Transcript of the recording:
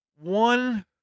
One